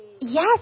Yes